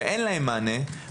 שאין להם מענה,